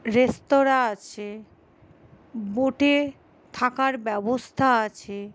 রেস্তোরাঁ আছে বোটে থাকার ব্যবস্থা আছে